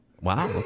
Wow